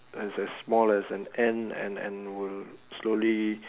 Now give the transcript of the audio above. as an small as an ant and and will slowly